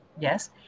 yes